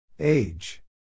Age